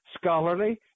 scholarly